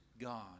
God